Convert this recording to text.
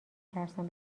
ترسم